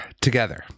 together